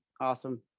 awesome